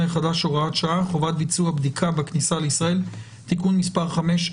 החדש (הוראת שעה) (חובת ביצוע בדיקה בכניסה לישראל) (תיקון מס' 5),